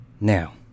Now